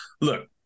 look